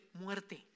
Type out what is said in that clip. muerte